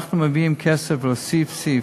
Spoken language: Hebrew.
ואנחנו מביאים כסף סעיף-סעיף: